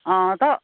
त